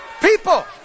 people